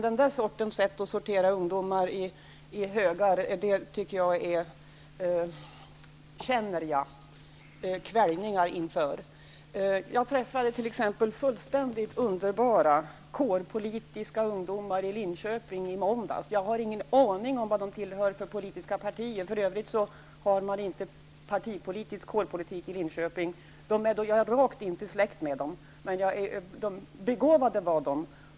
Den där sortens sätt att sortera ungdomar i högar känner jag kväljningar inför. Jag träffade t.ex. fullständigt underbara kårpolitiska ungdomar i Linköping i måndags. Jag har ingen aning om vilka politiska partier de tillhör. Man har för övrigt ingen partipolitisk kårpolitik i Linköping. Jag är rakt inte släkt med dem, men begåvade var de.